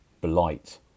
blight